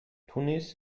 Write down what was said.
tunis